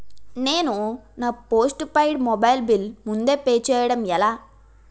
నేను నా postpaid mobile bill ముందే పే చేయడం ఎలా?